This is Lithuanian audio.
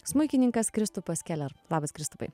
smuikininkas kristupas keler labas kristupai